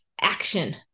action